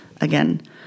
again